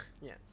yes